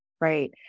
Right